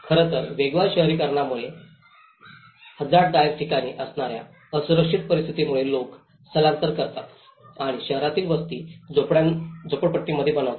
खरं तर वेगवान शहरीकरणामुळे हझार्डदायक ठिकाणी असणार्या असुरक्षित परिस्थितीमुळे लोक स्थलांतर करतात आणि शहरातील वस्ती आणि झोपडपट्टी बनवतात